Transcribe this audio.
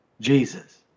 Jesus